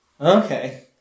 Okay